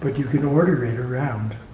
but you can order it around.